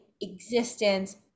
existence